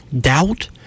Doubt